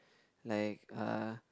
like uh